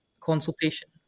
consultation